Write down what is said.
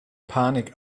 panik